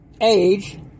age